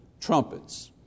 trumpets